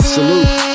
Salute